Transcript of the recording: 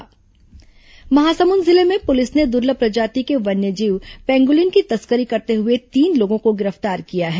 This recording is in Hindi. वन्यजीव तस्करी महासमुंद जिले में पुलिस ने दुर्लभ प्रजाति के वन्यजीव पेंगुलिन की तस्करी करते हुए तीन लोगों को गिर पतार किया है